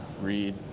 read